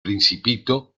principito